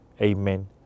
Amen